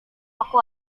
aku